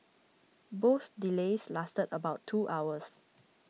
both delays lasted about two hours